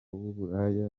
w’uburaya